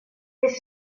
elles